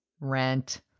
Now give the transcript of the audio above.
rent